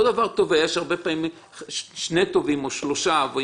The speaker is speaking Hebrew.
אותו דבר תובע יש הרבה פעמים שני תובעים או שלושה תובעים